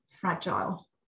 fragile